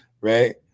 right